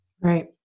Right